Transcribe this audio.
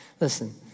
listen